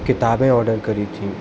किताबें ऑर्डर करी थी